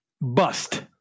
Bust